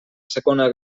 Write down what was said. segona